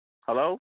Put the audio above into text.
Hello